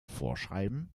vorschreiben